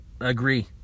agree